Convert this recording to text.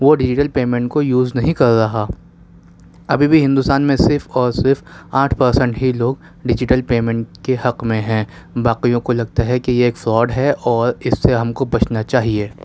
وہ digital payment کو use نہیں کر رہا ابھی بھی ہندوستان میں صرف اور صرف آٹھ پرسنٹ ہی لوگ ڈیجیٹل پیمنٹ کے حق میں ہیں باقیوں کو لگتا ہے کہ یہ ایک فراڈ ہے اور اس سے ہم کو بچنا چاہیے